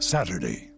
Saturday